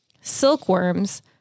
silkworms